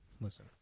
listen